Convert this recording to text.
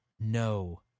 no